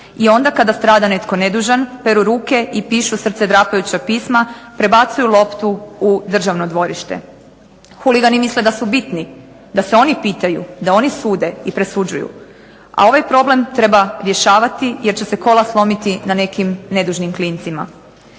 I onda kada strada netko nedužan peru ruke i pišu srcedrapajuća pisma, prebacuju loptu u državno dvorište. Huligani misle da su bitni, da se oni pitaju, da oni sude i presuđuju, a ovaj problem treba rješavati jer će se kola slomiti na nekim nedužnim klincima.